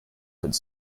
could